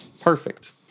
Perfect